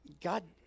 God